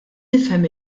nifhem